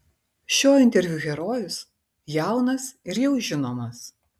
šio interviu herojus jaunas ir jau žinomas